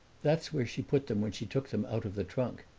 that's where she put them when she took them out of the trunk.